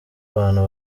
abantu